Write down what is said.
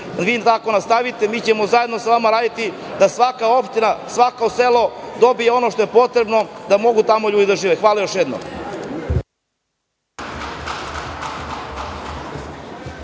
vi tako nastavite, mi ćemo zajedno sa vama raditi da svaka opština, svako selo dobije ono što je potrebno da mogu tamo ljudi da žive. Hvala još jednom.